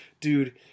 dude